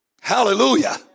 Hallelujah